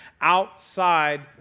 outside